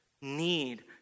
need